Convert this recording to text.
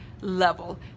Level